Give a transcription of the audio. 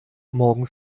morgen